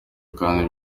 kandi